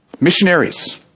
Missionaries